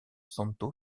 santo